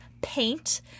paint